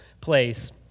place